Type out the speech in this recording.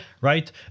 Right